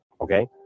okay